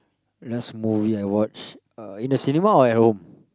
last movie I watched uh in the cinema or at home